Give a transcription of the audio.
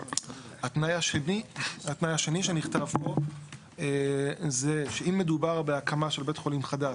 התנאי השני שנכתב פה הוא שאם מדובר בהקמה של בית חולים חדש,